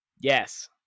Yes